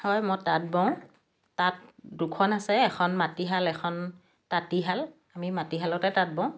হয় মই তাঁত বওঁ তাঁত দুখন আছে এখন মাটিশাল তাঁতীশাল আমি মাটিশালতে তাঁত বওঁ